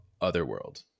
Otherworld